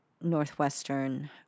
Northwestern